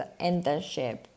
internship